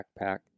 backpack